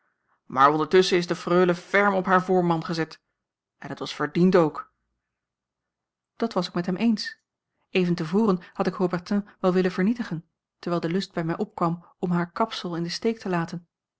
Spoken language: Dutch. maar ondertusschen is de freule ferm op haar voorman gezet en het was verdiend ook dat was ik met hem eens even te voren had ik haubertin wel willen vernietigen terwijl de lust bij mij opkwam om haar kapsel in den steek te laten